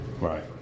right